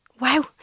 Wow